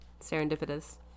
Serendipitous